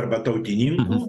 arba tautininkų